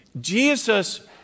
Jesus